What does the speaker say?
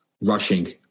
rushing